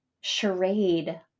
charade